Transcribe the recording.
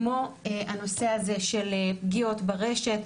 כמו הנושא הזה של פגיעות ברשת,